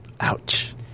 Ouch